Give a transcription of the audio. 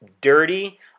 dirty